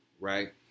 right